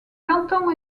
canton